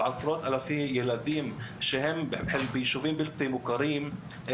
עשרות אלפי ילדים שחלקם גרים בישובים בלתי מוכרים,